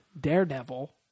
Daredevil